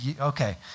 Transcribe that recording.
Okay